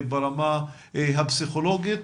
ברמה הפסיכולוגית.